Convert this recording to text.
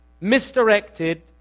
misdirected